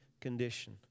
condition